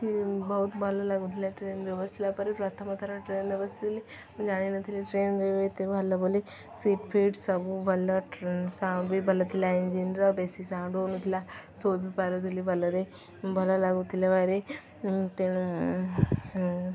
ବହୁତ ଭଲ ଲାଗୁଥିଲା ଟ୍ରେନରେ ବସିଲା ପରେ ପ୍ରଥମଥର ଟ୍ରେନରେ ବସିଥିଲି ମୁଁ ଜାଣିନଥିଲି ଟ୍ରେନରେ ବି ଏତେ ଭଲ ବୋଲି ସିଟ ଫିଟ ସବୁ ଭଲ ସାଉଣ୍ଡ ବି ଭଲ ଥିଲା ଇଞ୍ଜିନର ବେଶୀ ସାଉଣ୍ଡ ହଉନଥିଲା ଶୋଇ ବି ପାରୁଥିଲି ଭଲରେ ଭଲ ଲାଗୁଥିଲା ଭାରି ତେଣୁ